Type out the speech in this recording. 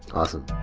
awesome